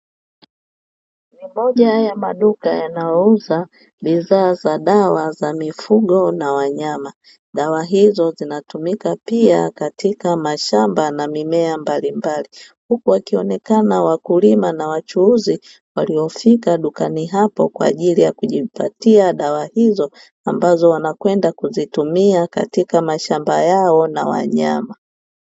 Moja ya maduka yanayouza bidhaa za dawa za mifugo na wanyama. Dawa hizo zinatumika pia katika mashamba na mimea mbalimbali; huku wakionekana wakulima na wachuuzi waliofika dukani hapo kwaajili ya kujipatia dawa hizo, ambazo wanakwenda kuzitumia katika mashamba yao na wanyama.